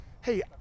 hey